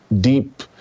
deep